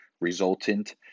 resultant